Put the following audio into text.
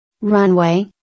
Runway